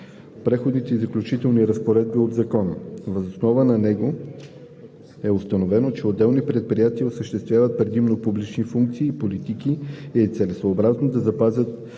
Преходните и заключителни разпоредби от Закона. Въз основа на него е установено, че отделни предприятия осъществяват предимно публични функции и политики и е целесъобразно да запазят